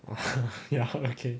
ya okay